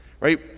Right